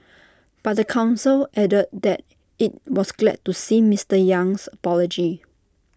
but the Council added that IT was glad to see Mister Yang's apology